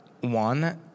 One